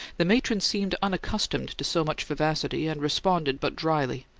the matron seemed unaccustomed to so much vivacity, and responded but dryly,